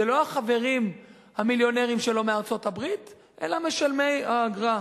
הם לא החברים המיליונרים שלו מארצות-הברית אלא משלמי האגרה.